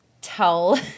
tell